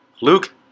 Luke